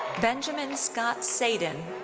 benjamin scott seiden.